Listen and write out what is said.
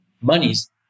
monies